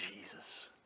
Jesus